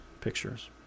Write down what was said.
pictures